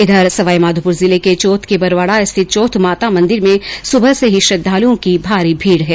इधर सवाईमाघोपुर जिले के चौथ के बरवाडा स्थित चौथ माता मंदिर में सुबह से ही श्रद्दालुओं की भारी भीड है